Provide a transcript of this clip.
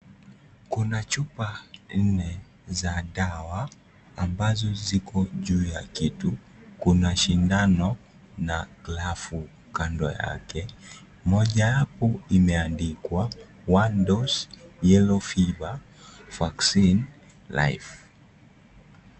Kuna chupa nne za dawa ambazo ziko juu ya kiti, kuna shindano na glavu kando yake. Moja imeandikwa one dose yellow fever vaccine life